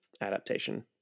adaptation